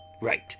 Right